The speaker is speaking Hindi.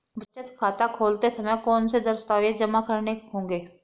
बचत खाता खोलते समय कौनसे दस्तावेज़ जमा करने होंगे?